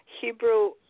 Hebrew